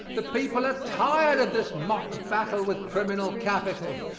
the people are tired of this mock battle with criminal capital.